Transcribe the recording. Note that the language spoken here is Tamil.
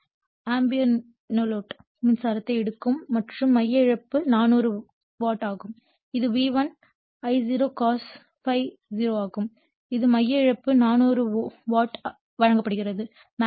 5 ஆம்பியர் நோலோட் மின்சாரத்தை எடுக்கும் மற்றும் மைய இழப்பு 400 வாட் ஆகும் இது V1 I0 cos ∅0 ஆகும் இது மைய இழப்பு 400 வாட் வழங்கப்படுகிறது